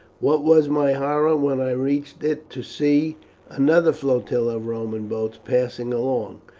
what was my horror when i reached it to see another flotilla of roman boats passing along.